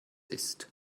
ist